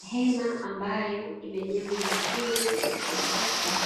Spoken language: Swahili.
Hema ambayo imejengwa vizuri na kuezekwa,